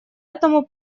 этому